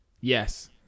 Yes